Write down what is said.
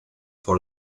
por